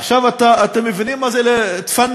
עכשיו אתם מבינים מה זה להתפאנן?